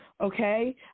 okay